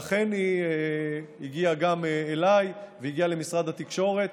ואכן, היא הגיעה גם אליי והגיעה למשרד התקשורת,